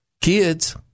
kids